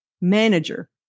manager